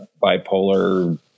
bipolar